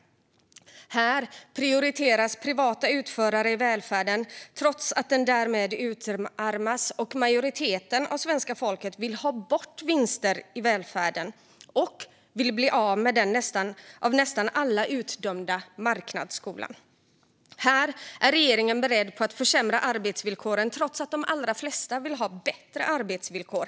Här prioriteras privata utförare i välfärden trots att den därmed utarmas och majoriteten av svenska folket vill ha bort vinster ur välfärden och vill bli av med den av nästan alla utdömda marknadsskolan. Här är regeringen beredd att försämra arbetsvillkoren, trots att de allra flesta vill ha bättre arbetsvillkor.